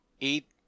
eat